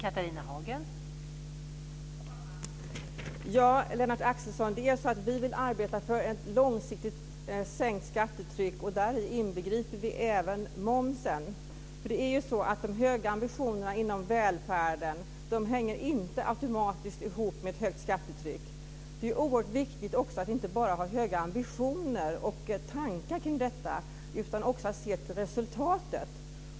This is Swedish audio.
Fru talman! Vi vill arbeta för ett långsiktigt sänkt skattetryck och däri inbegriper vi även momsen. De höga ambitionerna inom välfärden hänger inte automatiskt ihop med ett högt skattetryck. Det är oerhört viktigt att inte bara ha höga ambitioner och tankar kring detta, utan man måste också se till resultatet.